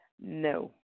no